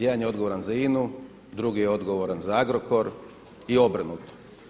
Jedan je odgovoran za INA-u, drugi je odgovoran za Agrokor i obrnuto.